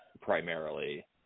primarily